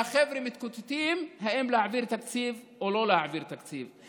והחבר'ה מתקוטטים אם להעביר תקציב או לא להעביר תקציב,